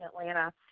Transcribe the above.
Atlanta